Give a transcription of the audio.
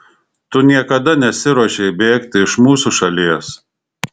tu niekada nesiruošei bėgti iš mūsų šalies